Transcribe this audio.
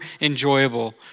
enjoyable